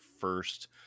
first